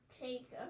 take